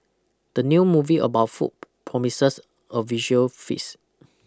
the new movie about food promises a visual feast